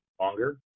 longer